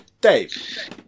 dave